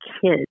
kids